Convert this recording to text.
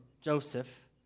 Joseph